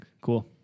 Cool